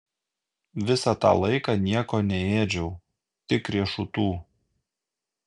visą tą laiką nieko neėdžiau tik riešutų